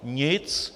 Nic.